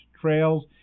trails